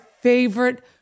favorite